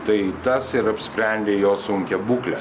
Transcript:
tai tas ir apsprendė jo sunkią būklę